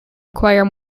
require